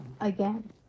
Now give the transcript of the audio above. again